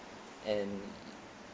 and